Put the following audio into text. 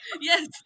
Yes